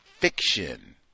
Fiction